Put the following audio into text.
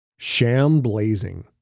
Shamblazing